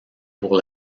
pour